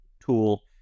tool